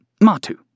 matu